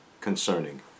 concerning